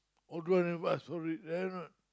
all the way I never ask sorry then what